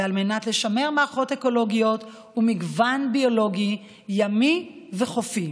על מנת לשמר מערכות אקולוגיות ומגוון ביולוגי ימי וחופי.